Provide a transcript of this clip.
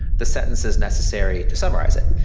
the sentences necessary to summarize it.